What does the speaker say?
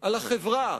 על החברה,